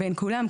בין כולם,